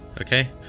Okay